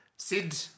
Sid